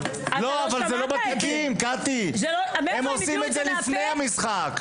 הם עושים את זה לפני המשחק.